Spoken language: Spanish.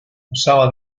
usaba